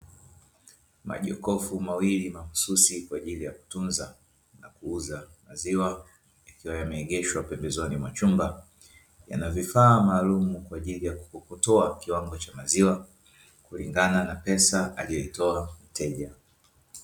Majokofu mawili mahususi kwa ajili ya kutunza na kuuza maziwa yakiwa yameegeshwa pembezoni machumba, yana vifaa maalumu kwa ajili ya kukokotoa kiwango cha maziwa, kulingana na pesa aliyoitoa mteja.